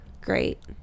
great